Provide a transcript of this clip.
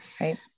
Right